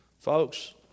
Folks